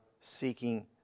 seeking